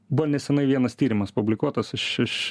buvo nesenai vienas tyrimas publikuotas iš iš